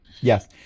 Yes